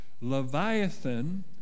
Leviathan